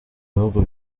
bihugu